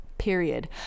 period